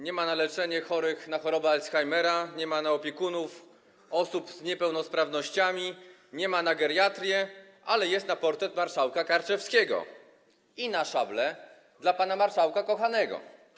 Nie ma na leczenie chorych na alzheimera, nie ma na opiekunów osób z niepełnosprawnościami, nie ma na geriatrię, ale jest na portret marszałka Karczewskiego i na szablę dla pana marszałka kochanego.